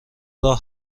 راه